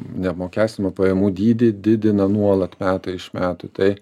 neapmokestinamą pajamų dydį didina nuolat metai iš metų tai